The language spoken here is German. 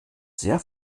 sehr